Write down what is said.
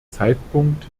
zeitpunkt